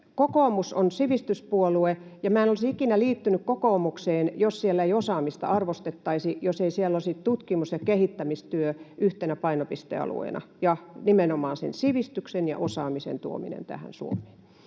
Kokoomus on sivistyspuolue, ja minä en olisi ikinä liittynyt kokoomukseen, jos siellä ei osaamista arvostettaisi, jos siellä ei olisi tutkimus‑ ja kehittämistyö yhtenä painopistealueena ja nimenomaan sen sivistyksen ja osaamisen tuominen Suomeen.